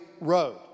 road